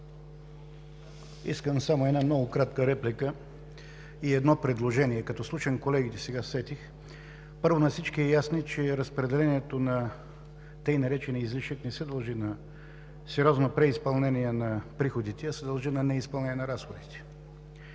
Искам само една много кратка реплика и едно предложение – като слушам колегите, сега се сетих. Първо, на всички е ясно, че разпределението на така наречения излишък не се дължи на сериозно преизпълнение на приходите, а се дължи на неизпълнение на разходите.